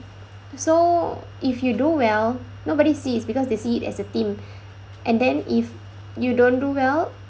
so if you do well nobody sees because they see it as a team and then if you don't do well